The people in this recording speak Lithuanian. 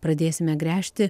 pradėsime gręžti